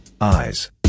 Eyes